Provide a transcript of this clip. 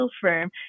firm